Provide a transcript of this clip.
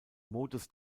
modus